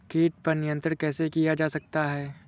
कीट पर नियंत्रण कैसे किया जा सकता है?